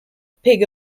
pig